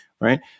right